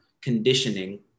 conditioning